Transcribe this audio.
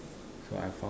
so I found